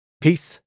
Peace